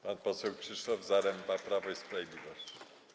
Pan poseł Krzysztof Zaremba, Prawo i Sprawiedliwość.